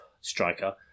striker